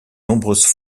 nombreuses